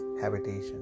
habitation